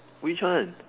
which one